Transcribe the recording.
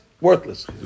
worthless